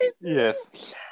Yes